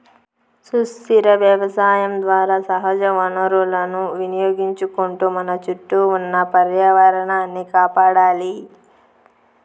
సుస్థిర వ్యవసాయం ద్వారా సహజ వనరులను వినియోగించుకుంటూ మన చుట్టూ ఉన్న పర్యావరణాన్ని కాపాడాలి